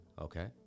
Okay